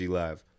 live